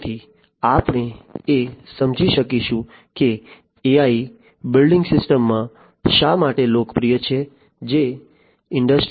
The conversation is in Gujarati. તેથી આપણે એ સમજી શકીશું કે AI બિલ્ડિંગ સિસ્ટમ્સમાં શા માટે લોકપ્રિય છે જે ઇન્ડસ્ટ્રી 4